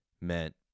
meant